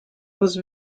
was